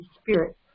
spirit